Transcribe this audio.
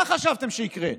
מה חשבתם שיקרה?